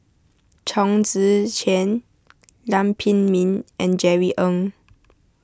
Chong Tze Chien Lam Pin Min and Jerry Ng